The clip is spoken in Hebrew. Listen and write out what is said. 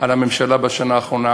על הממשלה בשנה האחרונה